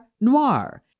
Noir